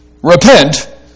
Repent